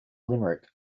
limerick